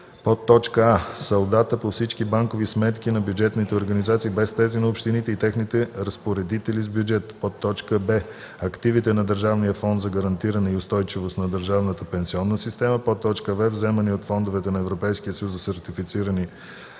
включва: а) салдата по всички банкови сметки на бюджетните организации без тези на общините и техните разпоредители с бюджет; б) активите на Държавния фонд за гарантиране устойчивост на държавната пенсионна система; в) вземания от фондове на Европейския съюз за сертифицирани